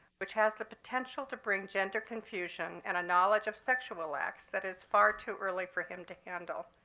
which has the potential to bring gender confusion and a knowledge of sexual acts that is far too early for him to handle.